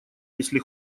если